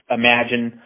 imagine